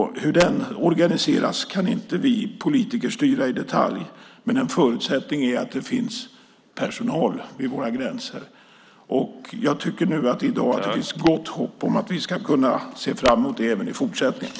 Hur den organiseras kan inte vi politiker styra i detalj, men en förutsättning är att det finns personal vid våra gränser. Jag tycker att det i dag finns gott hopp om att vi ska kunna se fram emot det även i fortsättningen.